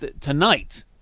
tonight